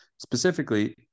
Specifically